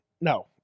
No